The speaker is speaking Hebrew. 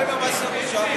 מה עם מס הירושה?